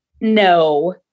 no